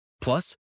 Plus